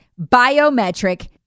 biometric